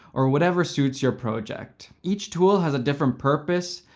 or whatever suits your project. each tool has a different purpose.